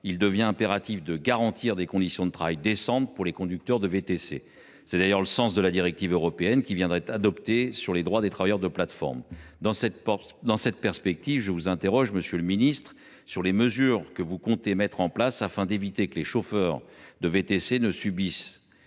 il devient impératif de garantir des conditions de travail décentes pour les conducteurs de VTC. C’est d’ailleurs le sens de la directive européenne qui vient d’être adoptée sur les droits des travailleurs des plateformes. Dans cette perspective, monsieur le ministre, quelles sont les mesures que le Gouvernement compte mettre en place afin d’éviter que les chauffeurs de VTC ne soient